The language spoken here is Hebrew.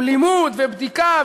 עם לימוד ובדיקה,